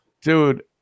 dude